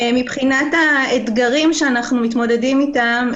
מבחינת האתגרים שאנחנו מתמודדים איתם.